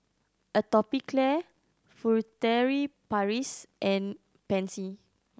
Atopiclair Furtere Paris and Pansy